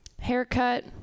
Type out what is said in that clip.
Haircut